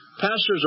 Pastors